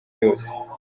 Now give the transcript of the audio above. yose